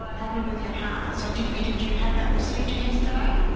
ah problem with your heart. so did you did you have that procedure yesterday?